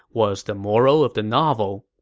was the moral of the novel